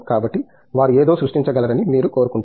కాబట్టి వారు ఏదో సృష్టించగలరని మీరు కోరుకుంటారు